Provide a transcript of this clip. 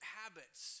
habits